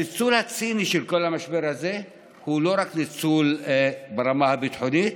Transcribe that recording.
הניצול הציני של כל המשבר הזה הוא לא רק ניצול ברמה הביטחונית,